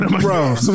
Bro